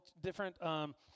different